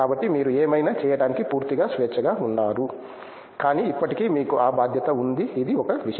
కాబట్టి మీరు ఏమైనా చేయటానికి పూర్తిగా స్వేచ్ఛగా ఉన్నారు కానీ ఇప్పటికీ మీకు ఆ బాధ్యత ఉంది ఇది ఒక విషయం